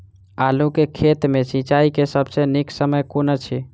आलु केँ खेत मे सिंचाई केँ सबसँ नीक समय कुन अछि?